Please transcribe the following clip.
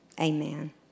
Amen